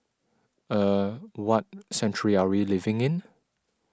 er what century are we living in